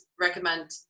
recommend